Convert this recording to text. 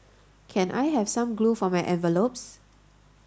can I have some glue for my envelopes